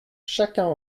chacun